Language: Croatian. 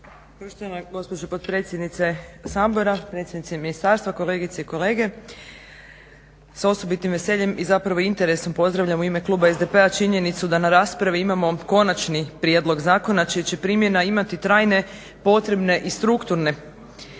Poštovana gospođo potpredsjednice Sabora, predstavnici Ministarstva, kolegice i kolege. S osobitim veseljem i zapravo interesom pozdravljam u ime kluba SDP-a činjenicu da na raspravi imamo konačni prijedlog zakona čija će primjena imati trajne, potrebne i strukturne